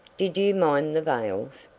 did you mind the veils?